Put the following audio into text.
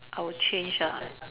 I will change ah